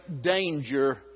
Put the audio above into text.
danger